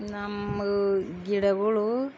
ನಮ್ಮ ಗಿಡಗಳು